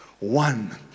One